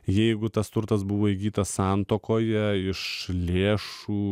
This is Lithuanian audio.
jeigu tas turtas buvo įgytas santuokoje iš lėšų